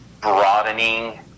broadening